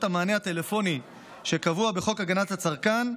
המענה הטלפוני שקבוע בחוק הגנת הצרכן,